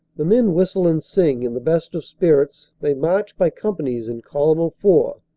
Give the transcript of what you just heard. the men whistle and sing, in the best of spirits. they march by companies in column of four,